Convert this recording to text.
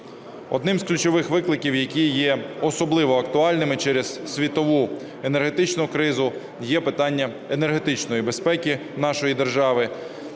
Одним з ключових викликів, які є особливо актуальними через світову енергетичну кризу, є питання енергетичної безпеки нашої держави.